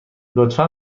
لطفا